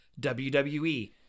WWE